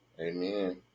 Amen